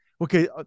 okay